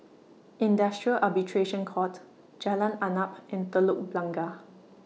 Industrial Arbitration Court Jalan Arnap and Telok Blangah